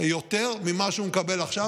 יותר ממה שהוא מקבל עכשיו,